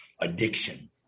addiction